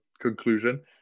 conclusion